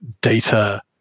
data